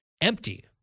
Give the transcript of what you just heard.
empty